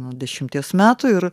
nuo dešimties metų ir